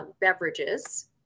beverages